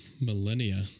millennia